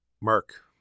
Mark